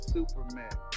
Superman